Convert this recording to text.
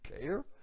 care